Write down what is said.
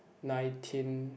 nineteen